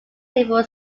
civil